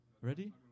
Ready